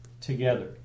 together